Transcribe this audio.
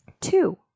Two